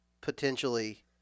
potentially